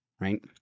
Right